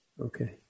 Okay